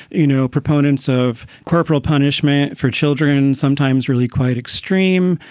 you know, proponents of corporal punishment for children sometimes really quite extreme,